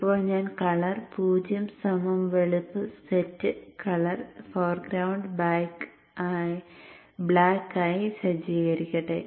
ഇപ്പോൾ ഞാൻ കളർ 0 സമം വെളുപ്പ് സെറ്റ് കളർ ഫോർഗ്രൌണ്ട് ബ്ലാക്ക് ആയി സജ്ജീകരിക്കട്ടെ